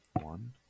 One